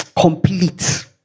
complete